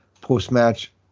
Post-match